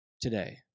today